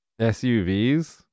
SUVs